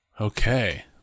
Okay